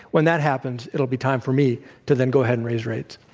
when that happens, it'll be time for me to then go ahead and raise rates.